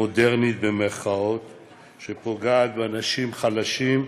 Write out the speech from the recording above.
מודרנית, שפוגעת באנשים חלשים.